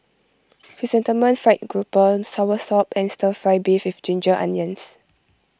Chrysanthemum Fried Grouper Soursop and Stir Fry Beef with Ginger Onions